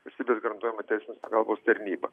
susiduria garantuojama teisinės pagalbos tarnyba